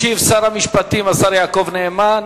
ישיב שר המשפטים, השר יעקב נאמן.